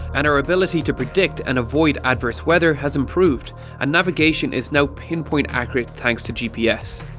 and our ability to predict and avoid adverse weather has improved and navigation is now pinpoint accurate thanks to gps.